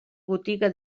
botiga